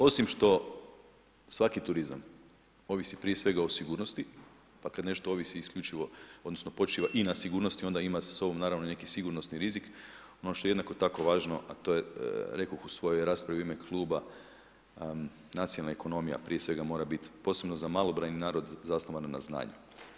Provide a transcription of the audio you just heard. Osim što svaki turizam ovisi prije svega o sigurnosti, pa kad nešto ovisi isključivo odnosno počiva i na sigurnosti onda ima sa sobom naravno i neki sigurnosni rizik, ono što je jednako tako važno a to je, rekoh u svojoj raspravi u ime kluba, nacionalna ekonomija prije svega mora biti posebno za malobrojni narod, zasnovano na znanju.